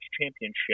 Championship